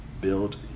build